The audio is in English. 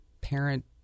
parent